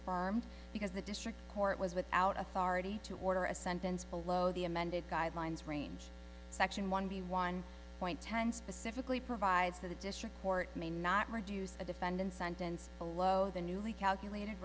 farm because the district court was without authority to order a sentence below the amended guidelines range section one b one point ten specifically provides that the district court may not reduce the defendant's sentence below the newly calculated